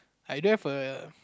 I do have a